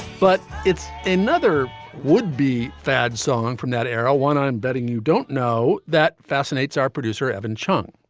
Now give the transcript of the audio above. but it's another would be fad song from that era, one i'm betting you don't know that fascinates our producer, evan chung.